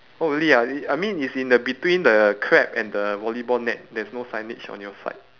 oh really ah I mean it's in the between the crab and the volleyball net there's no signage on your side